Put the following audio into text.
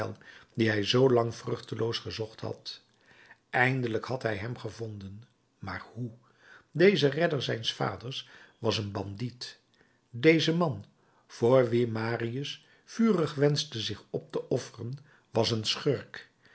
dien hij zoo lang vruchteloos gezocht had eindelijk had hij hem gevonden maar hoe deze redder zijns vaders was een bandiet deze man voor wien marius vurig wenschte zich op te offeren was een schurk